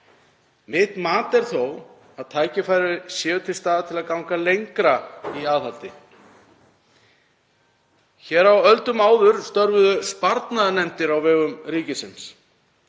Mitt mat er þó að tækifæri séu til staðar til að ganga lengra í aðhaldi. Hér á öldum áður störfuðu sparnaðarnefndir á vegum ríkisins